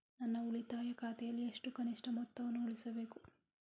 ನನ್ನ ಉಳಿತಾಯ ಖಾತೆಯಲ್ಲಿ ಎಷ್ಟು ಕನಿಷ್ಠ ಮೊತ್ತವನ್ನು ಉಳಿಸಬೇಕು?